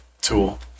tool